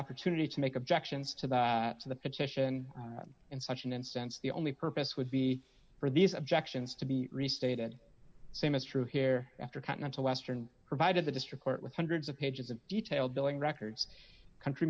opportunity to make objections to that to the petition in such an instance the only purpose would be for these objections to be restated same as true here after continental western provided the district court with hundreds of pages of detailed billing records country